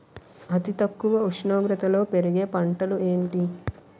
అతి తక్కువ ఉష్ణోగ్రతలో పెరిగే పంటలు ఏంటి?